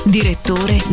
Direttore